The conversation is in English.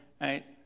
Right